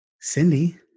Cindy